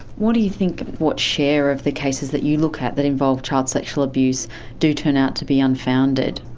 what do you think what share of the cases that you look at that involve child sexual abuse do turn out to be unfounded?